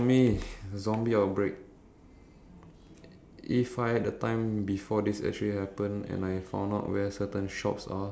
they are good pretty safe to use cause you kill them from a distance but eventually you will run out of ammo so